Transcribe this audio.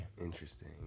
interesting